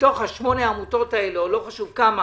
מתוך 8 העמותות האלה לא חשוב כמה